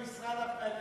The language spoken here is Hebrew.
מסתפק בזה.